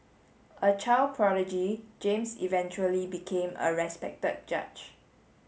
a child prodigy James eventually became a respected judge